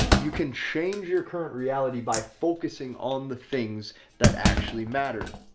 you can change your current reality by focusing on the things that actually matter.